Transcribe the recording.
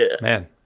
Man